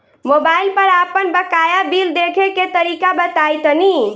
Mobile पर आपन बाकाया बिल देखे के तरीका बताईं तनि?